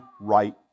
right